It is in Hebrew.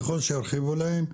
ככל שירחיבו להם,